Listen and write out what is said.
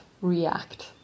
react